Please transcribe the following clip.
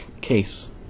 case